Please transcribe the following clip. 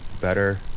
better